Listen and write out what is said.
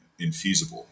infeasible